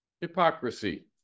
Hypocrisy